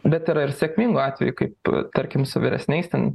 bet yra ir sėkmingų atvejų kaip tarkim su vyresniais ten